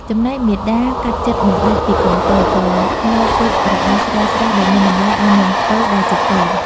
ចំណែកមាតាកាត់ចិត្តមិនដាច់ពីកូនពៅ ក៏លបវេចរបស់ស្រាលៗ ដែលមានតម្លៃឲ្យនាងពៅដែលជាកូន។